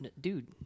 Dude